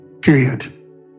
period